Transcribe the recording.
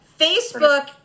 facebook